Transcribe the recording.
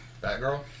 Batgirl